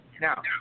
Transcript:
Now